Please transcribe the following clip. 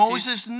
Moses